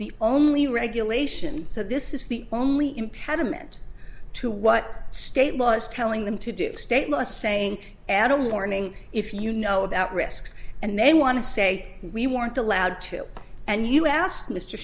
the only regulations so this is the only impediment to what state law is telling them to do state law saying and all morning if you know about risks and they want to say we weren't allowed to and you asked mr